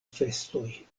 festoj